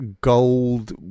gold